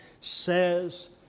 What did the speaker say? says